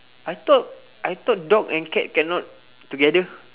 I thought I thought dog and cat cannot together